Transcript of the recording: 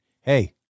Hey